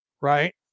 right